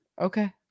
Okay